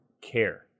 care